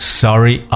sorry